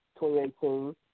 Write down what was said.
2018